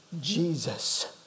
Jesus